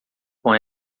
com